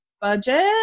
budget